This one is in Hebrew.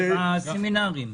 סמינרים.